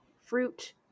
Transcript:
fruit